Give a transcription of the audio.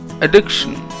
addiction